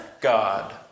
God